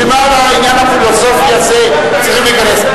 בשביל מה העניין הפילוסופי הזה שצריכים להיכנס?